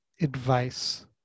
advice